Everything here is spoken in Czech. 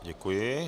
Děkuji.